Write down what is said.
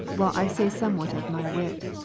while i say somewhat of my wit.